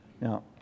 Now